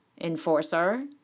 Enforcer